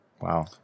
Wow